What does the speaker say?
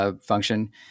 function